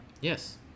Yes